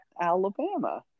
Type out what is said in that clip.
Alabama